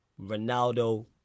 Ronaldo